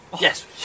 Yes